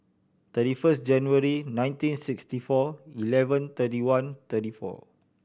thirty first January nineteen sixty four eleven thirty one thirty four